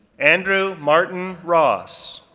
andrew martin ross,